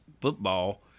football